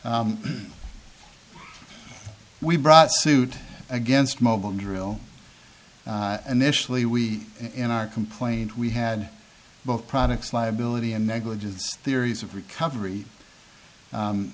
we brought suit against mobile drill an initially we in our complaint we had both products liability and negligence theories of recovery